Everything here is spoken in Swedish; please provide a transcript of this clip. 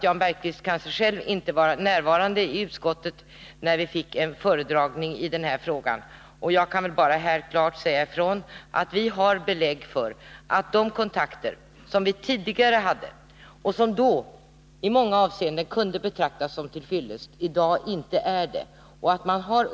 Jan Bergqvist var kanske inte själv närvarande i utskottet när vi fick en föredragningi den här frågan, och jag kan bara säga ifrån att vi har belägg för att de kontakter vi tidigare hade och vilka då i många avseenden kunde betraktas som till fyllest i dag inte är det.